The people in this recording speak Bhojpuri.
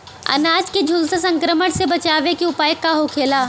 अनार के झुलसा संक्रमण से बचावे के उपाय का होखेला?